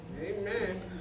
Amen